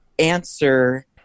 answer